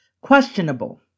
questionable